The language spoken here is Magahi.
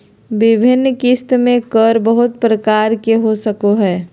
विभिन्न किस्त में कर बहुत प्रकार के हो सको हइ